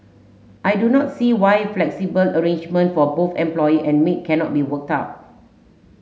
I do not see why a flexible arrangement for both employer and maid cannot be worked out